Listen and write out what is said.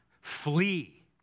Flee